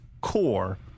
core